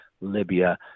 Libya